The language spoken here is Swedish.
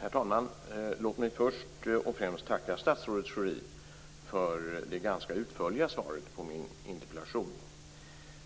Herr talman! Låt mig först och främst tacka statsrådet Schori för det ganska utförliga svaret på min interpellation.